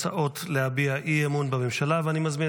הצעת חוק ניוד מידע